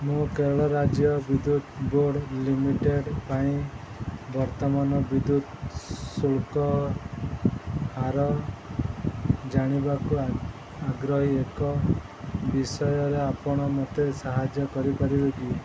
ମୁଁ କେରଳ ରାଜ୍ୟ ବିଦ୍ୟୁତ ବୋର୍ଡ଼ ଲିମିଟେଡ଼୍ ପାଇଁ ବର୍ତ୍ତମାନ ବିଦ୍ୟୁତ ଶୁଳ୍କ ହାର ଜାଣିବାକୁ ଆଗ୍ରହୀ ଏକ ବିଷୟରେ ଆପଣ ମୋତେ ସାହାଯ୍ୟ କରିପାରିବେ କି